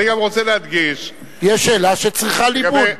אני גם רוצה להדגיש, יש שאלה שצריכה ליבון.